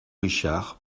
richard